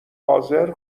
حاضر